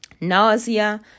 nausea